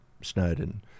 Snowden